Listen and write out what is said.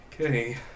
okay